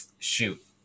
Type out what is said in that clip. shoot